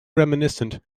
reminiscent